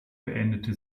beendete